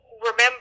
remember